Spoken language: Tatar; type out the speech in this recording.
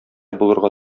булырга